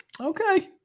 Okay